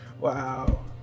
Wow